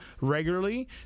regularly